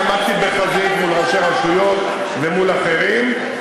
עמדתי בחזית מול ראשי רשויות ומול אחרים,